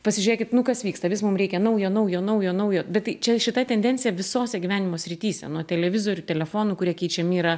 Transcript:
pasižiūrėkit nu kas vyksta vis mum reikia naujo naujo naujo naujo bet tai čia šita tendencija visose gyvenimo srityse nuo televizorių telefonų kurie keičiami yra